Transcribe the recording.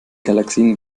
galaxien